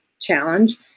challenge